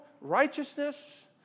righteousness